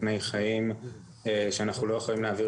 --- מסכני חיים שאנחנו לא יכולים להעביר